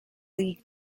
league